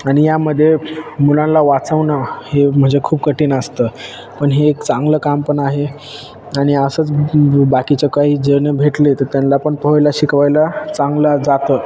आणि यामध्ये मुलांला वाचवणं हे म्हणजे खूप कठीण असतं पण हे एक चांगलं काम पण आहे आणि असंच बाकीचे काही जण भेटले तर त्यानला पण पोहायला शिकवायला चांगलं जातं